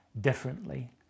differently